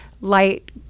light